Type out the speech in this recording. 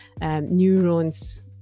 neurons